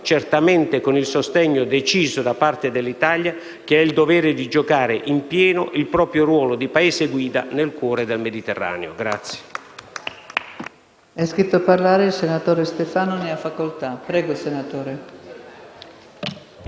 certamente con il sostegno deciso da parte dell'Italia che ha il dovere di giocare in pieno il proprio ruolo di Paese guida nel cuore del Mediterraneo.